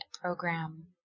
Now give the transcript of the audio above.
program